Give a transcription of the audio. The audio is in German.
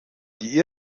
die